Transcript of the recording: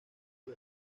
por